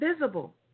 visible